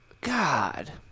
God